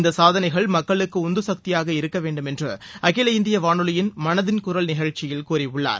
இந்த சாதனைகள் மக்களுக்கு உந்துசக்தியாக இருக்க வேண்டும் என்று அகில இந்திய வானொலியின் மனதின் குரல் நிகழ்ச்சியில் கூறியுள்ளார்